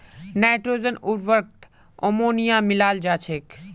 nitrogen उर्वरकत ammonia मिलाल जा छेक